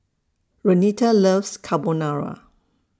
Renita loves Carbonara